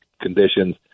conditions